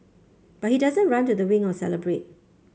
but he doesn't run to the wing or celebrate